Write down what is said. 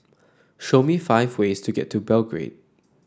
show me five ways to get to Belgrade